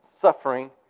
suffering